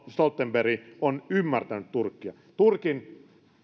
stoltenberg on ymmärtänyt turkkia turkin